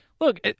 look